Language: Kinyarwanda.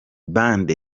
band